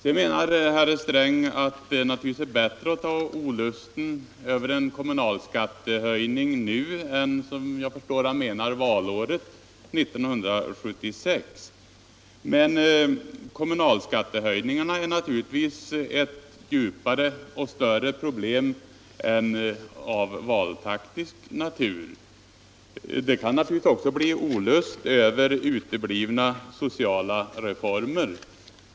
Sedan säger herr Sträng att det naturligtvis är bättre att ta obehaget av en kommunal skattehöjning nu än — jag förstår att det är det han menar — valåret 1976. Men kommunalskattehöjningarna är naturligtvis ett djupare och större problem än bara ett problem av valtaktisk natur. Det kan givetvis också bli olust över uteblivna sociala reformer.